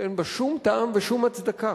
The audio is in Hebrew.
שאין בה שום טעם ושום הצדקה,